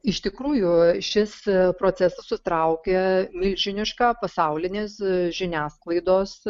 iš tikrųjų šis procesas sutraukė milžinišką pasaulinės žiniasklaidos